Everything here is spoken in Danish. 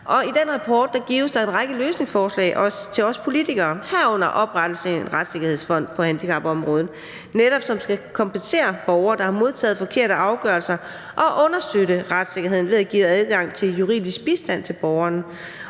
I den rapport gives der en række løsningsforslag til os politikere, herunder oprettelse af en retssikkerhedsfond på handicapområdet, som netop skal kompensere borgere, der har modtaget forkerte afgørelser, og understøtte retssikkerheden ved at give adgang til juridisk bistand til borgere.